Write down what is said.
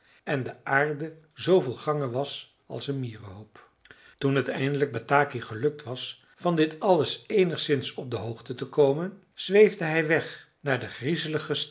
en de aarde zoo vol gangen was als een mierenhoop toen het eindelijk bataki gelukt was van dit alles eenigszins op de hoogte te komen zweefde hij weg